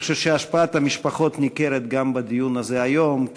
אני חושב שהשפעת המשפחות ניכרת גם בדיון הזה היום.